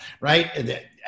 right